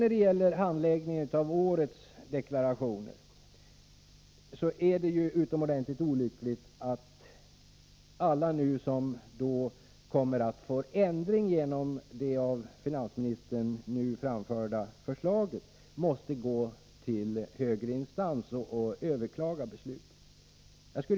När det sedan gäller handläggningen av årets deklarationer är det utomordentligt olyckligt att alla de som är berättigade till en ändrad avdragsbedömning på grund av det av finansministern nu framförda förslaget måste gå till högre instans och överklaga taxeringsnämndens beslut.